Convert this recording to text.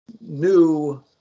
new